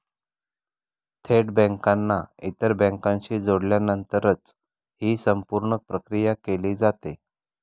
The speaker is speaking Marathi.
थेट बँकांना इतर बँकांशी जोडल्यानंतरच ही संपूर्ण प्रक्रिया केली जाते